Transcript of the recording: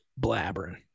blabbering